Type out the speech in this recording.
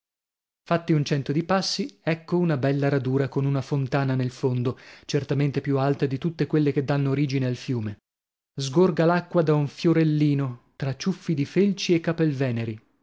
fatti un cento di passi ecco una bella radura con una fontana nel fondo certamente più alta di tutte quelle che danno origine al fiume sgorga l'acqua da un fiorellino tra ciuffi di felci e